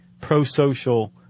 pro-social